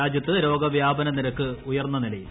രാജ്യത്ത് രോഗവ്യാപ്പിന് നിരക്ക് ഉയർന്ന നിലയിൽ